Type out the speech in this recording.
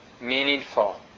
meaningful